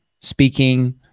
speaking